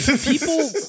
People